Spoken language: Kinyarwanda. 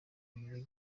muri